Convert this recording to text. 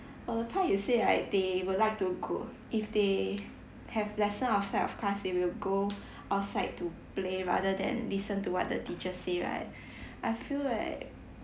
for the point you say right they would like to go if they have lesson outside of class they will go outside to play rather than listen to what the teacher say right I feel right